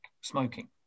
smoking